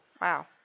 Wow